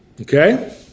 Okay